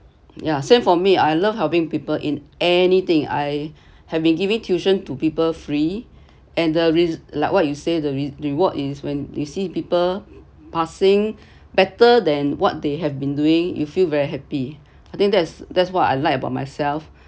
ya same for me I love helping people in anything I have been giving tuition to people free and the re~ like what you say the reward is when you see people passing better than what they have been doing you feel very happy I think that's that's what I like about myself